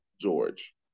george